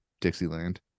dixieland